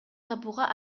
табууга